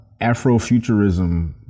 Afrofuturism